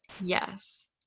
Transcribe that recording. Yes